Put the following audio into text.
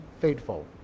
faithful